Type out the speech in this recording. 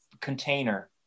container